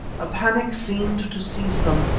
a panic seemed to seize them.